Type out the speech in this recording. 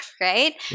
right